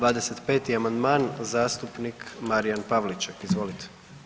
25. amandman zastupnik Marijan Pavliček, izvolite.